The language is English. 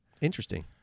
Interesting